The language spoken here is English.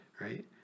right